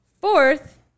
Fourth